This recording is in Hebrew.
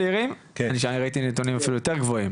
אני ראיתי אפילו נתונים יותר גבוהים.